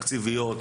בעיות תקציביות,